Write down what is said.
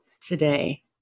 today